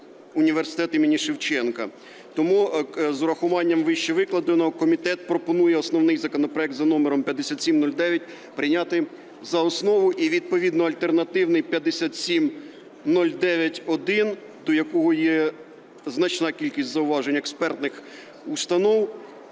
університет імені Шевченка. Тому з урахуванням вищевикладеного комітет пропонує основний законопроект за номером 5709 прийняти за основу і відповідно альтернативний 5709-1, до якого є значна кількість зауважень експертних установ,